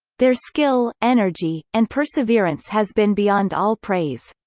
their skill, energy, and perseverance has been beyond all praise.